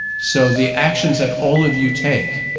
so, the actions that all of you take